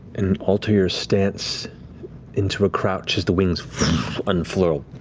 and alter your stance into a crouch as the wings unfurl,